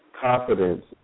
Confidence